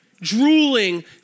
drooling